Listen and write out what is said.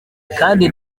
kandi